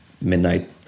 midnight